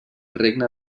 regne